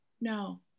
No